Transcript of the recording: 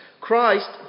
Christ